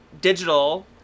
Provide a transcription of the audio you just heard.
digital